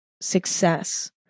success